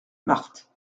marthe